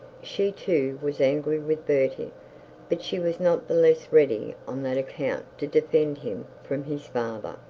she too was angry with bertie but she was not the less ready on that account to defend him from his father.